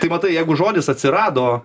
tai matai jeigu žodis atsirado